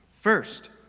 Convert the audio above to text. First